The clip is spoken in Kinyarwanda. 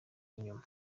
inyuma